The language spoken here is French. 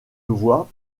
voie